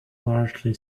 largely